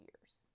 years